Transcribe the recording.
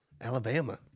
Alabama